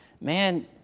man